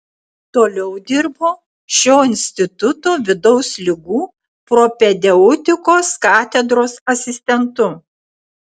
toliau dirbo šio instituto vidaus ligų propedeutikos katedros asistentu